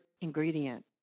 ingredient